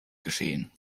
geschehen